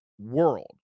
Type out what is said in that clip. world